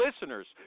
listeners